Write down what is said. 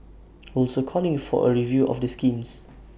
also calling for A review of the schemes